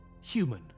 human